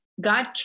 God